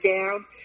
down